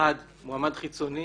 אחד חיצוני